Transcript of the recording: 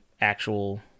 actual